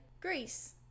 Greece